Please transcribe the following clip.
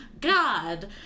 God